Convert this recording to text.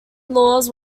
laws